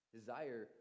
Desire